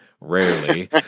rarely